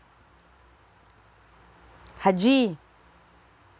haji